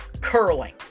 curling